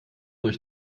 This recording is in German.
euch